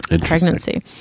pregnancy